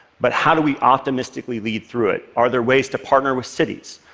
but how do we optimistically lead through it? are there ways to partner with cities?